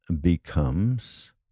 becomes